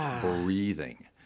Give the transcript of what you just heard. breathing